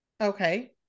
okay